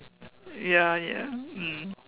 ya ya mm